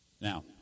Now